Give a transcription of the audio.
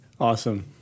Awesome